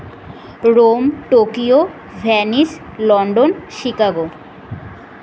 Rome Tokyo Venice London Chicago